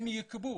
הם יקבעו.